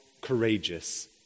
courageous